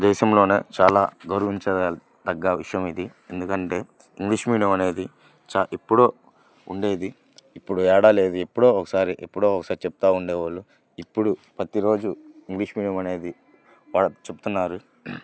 దేశంలోనే చాలా గౌరవించ దగ్గ విషయం ఇది ఎందుకంటే ఇంగ్లీష్ మీడియం అనేది చ ఎప్పుడో ఉండేది ఇప్పుడు ఎక్కడాలేదు ఎప్పుడో ఒకసారి ఎప్పుడో ఒకసారి చెప్తూ ఉండేవాళ్ళు ఇప్పుడు ప్రతి రోజు ఇంగ్లీష్ మీడియం అనేది మనకు చెప్తున్నారు